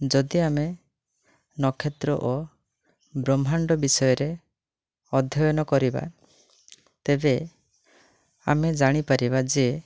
ଯଦି ଆମେ ନକ୍ଷତ୍ର ଓ ବ୍ରହ୍ମାଣ୍ଡ ବିଷୟରେ ଅଧ୍ୟୟନ କରିବା ତେବେ ଆମେ ଜାଣିପାରିବା ଯେ